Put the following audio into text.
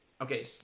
okay